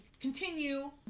continue